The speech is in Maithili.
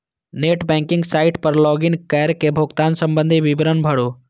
नेट बैंकिंग साइट पर लॉग इन कैर के भुगतान संबंधी विवरण भरू